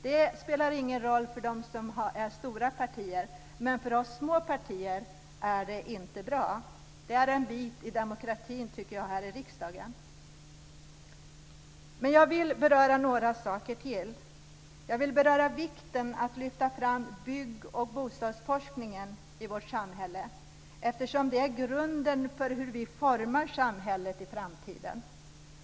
Det spelar ingen roll för de partier som är stora, men för oss små partier är det inte bra. Det tycker jag är en del av demokratin här i riksdagen. Jag vill beröra några saker till. Jag vill beröra vikten av att flytta fram bygg och bostadsforskningen i vårt samhälle eftersom det är grunden för hur vi formar samhället i framtiden.